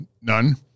none